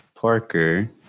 Parker